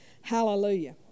hallelujah